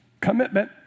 commitment